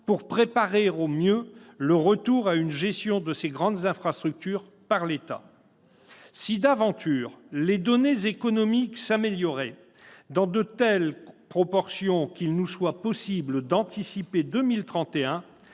de préparer au mieux le retour à une gestion par l'État de ces grandes infrastructures. Si, d'aventure, les données économiques s'amélioraient dans de telles proportions qu'il nous soit possible d'anticiper 2031,